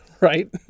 Right